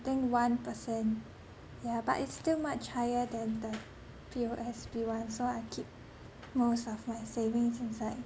I think one percent yeah but it's still much higher than the P_O_S_B one so I keep most of my savings inside